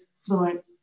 fluent